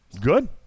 Good